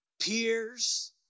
peers